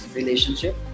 relationship